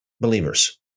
believers